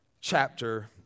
chapter